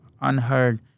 unheard